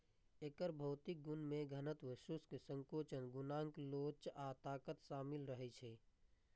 एकर भौतिक गुण मे घनत्व, शुष्क संकोचन गुणांक लोच आ ताकत शामिल रहै छै